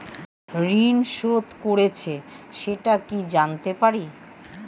ঋণ শোধ করেছে সেটা কি জানতে পারি?